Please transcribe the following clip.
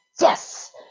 yes